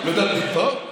טוב.